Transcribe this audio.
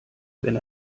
wenn